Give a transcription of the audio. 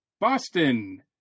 Boston